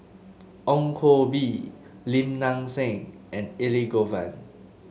Ong Koh Bee Lim Nang Seng and Elangovan